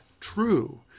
true